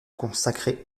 consacrer